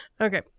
Okay